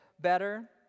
better